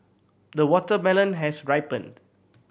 the watermelon has ripened